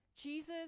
Jesus